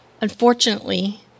Unfortunately